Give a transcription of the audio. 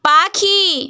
পাখি